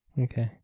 Okay